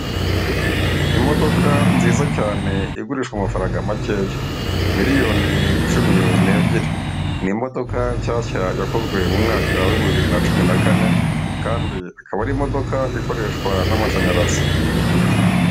Imodoka nziza cyane igurisha amafaranga makeya, miliyoni cumi n'ebyiri; ni imodoka nshyashya yakozwe mu mwaka w'ibumbi bibiri na cumi na kane kandi ikaba ari imodoka ikoreshwa n'amashanyarazi.